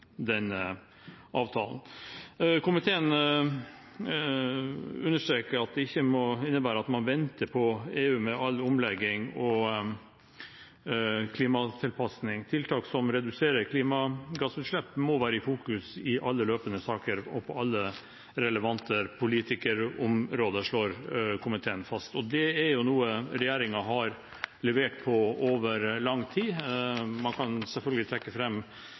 denne avtalen. Komiteen understreker at det ikke må innebære at man venter på EU med all omlegging og klimatilpasning. Tiltak som reduserer klimagassutslipp, må være i fokus i alle løpende saker og på alle relevante politikkområder, slår komiteen fast. Det er jo noe regjeringen har levert på over lang tid. Man kan selvfølgelig trekke